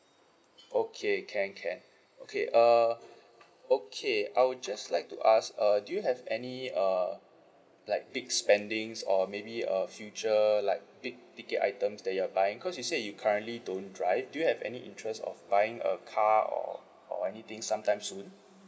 okay can can okay err okay I would just like to ask err do you have any uh like big spendings or maybe a future like big ticket items that you are buying because you said you currently don't drive do you have any interest of buying a car or or anything sometime soon